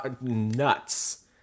nuts